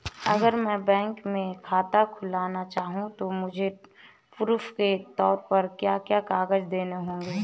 अगर मैं बैंक में खाता खुलाना चाहूं तो मुझे प्रूफ़ के तौर पर क्या क्या कागज़ देने होंगे?